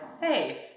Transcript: hey